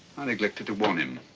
i neglected to warn him.